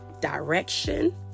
direction